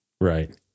Right